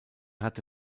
hatte